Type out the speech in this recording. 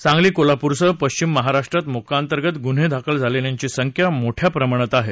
सांगली कोल्हापूरसह पश्चिम महाराष्ट्रात मोक्कांतर्गत गुन्हे दाखल झालेल्यांची संख्या मोठ्या प्रमाणात आहे